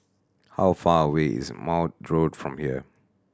how far away is Maude Road from here